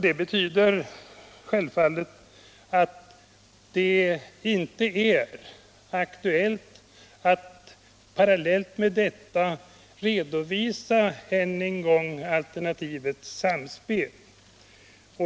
Det betyder självfallet att det inte är aktuellt att parallellt med detta än en gång redovisa alternativet Samspel.